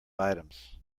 items